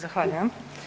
Zahvaljujem.